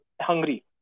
hungry